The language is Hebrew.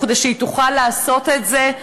וכדי שהיא תוכל לעשות את זה,